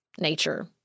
nature